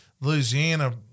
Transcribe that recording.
Louisiana